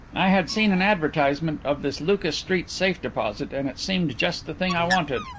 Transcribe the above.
i had seen an advertisement of this lucas street safe-deposit and it seemed just the thing i wanted.